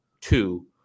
two